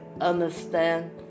understand